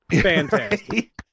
Fantastic